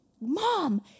Mom